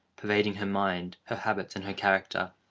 pervading her mind, her habits, and her character,